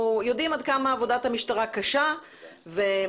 יודעים עד כמה עבודת המשטרה קשה ומחויבת,